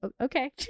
okay